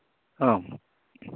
അ